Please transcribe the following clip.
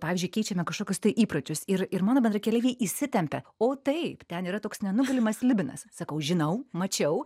pavyzdžiui keičiame kažkokius tai įpročius ir ir mano bendrakeleiviai įsitempia o taip ten yra toks nenugalimas slibinas sakau žinau mačiau